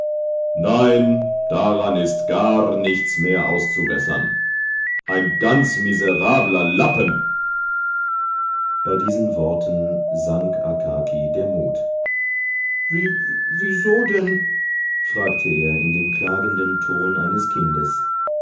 nein daran ist gar nichts mehr auszubessern ein ganz miserabler lappen bei diesen worten sank akaki der mut wieso denn fragte er in dem klagenden ton eines kindes